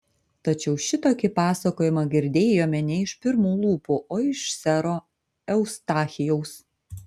tačiau šitokį pasakojimą girdėjome ne iš pirmų lūpų o iš sero eustachijaus